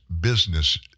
business